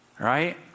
right